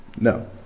No